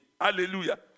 Hallelujah